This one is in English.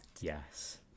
Yes